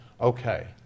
Okay